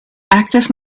active